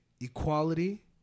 equality